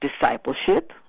discipleship